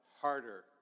harder